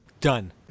Done